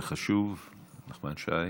זה חשוב, נחמן שי.